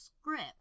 script